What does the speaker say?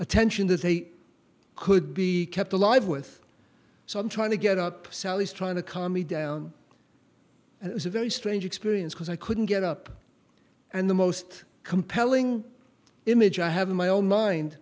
attention that they could be kept alive with so i'm trying to get up sally's trying to calm me down very strange experience because i couldn't get up and the most compelling image i have in my own mind